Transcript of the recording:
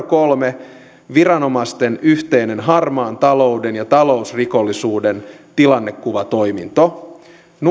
kolme viranomaisten yhteinen harmaan talouden ja talousrikollisuuden tilannekuvatoiminto